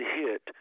hit